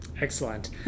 Excellent